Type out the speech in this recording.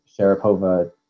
Sharapova